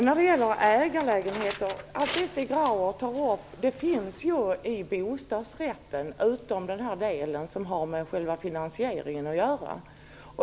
Herr talman! Det Stig Grauers talar om när det gäller ägarlägenheten finns ju redan i bostadsrätten, förutom den del som rör själva finansieringen.